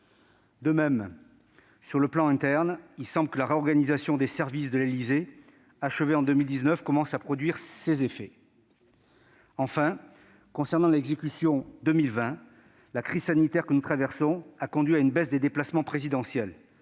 De même, d'un point de vue interne, la réorganisation des services de l'Élysée, achevée en 2019, semble commencer à produire ses effets. Enfin, pour ce qui concerne l'exécution 2020, la crise sanitaire que nous traversons a conduit à une baisse des déplacements présidentiels,